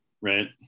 Right